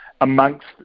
amongst